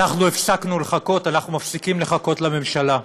אנחנו הפסקנו לחכות, אנחנו מפסיקים לחכות לממשלה.